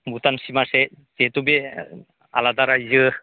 भुटान सिमा सेर जिहेथु बे आलादा रायजो